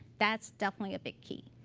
that's definitely a big key.